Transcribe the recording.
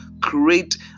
create